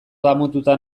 damututa